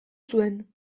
zuen